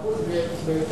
מאה אחוז.